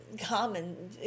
Common